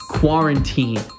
quarantine